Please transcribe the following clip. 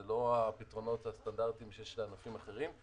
זה לא הפתרונות הסטנדרטיים שיש לענפים אחרים,